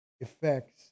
effects